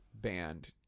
band